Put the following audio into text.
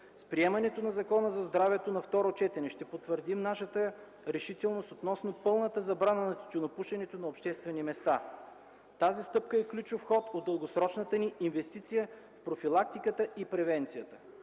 С приемането на Закона за здравето на второ четене ще потвърдим нашата решителност относно пълната забрана на тютюнопушенето на обществени места. Тази стъпка е ключов ход от дългосрочната ни инвестиция в профилактиката и превенцията.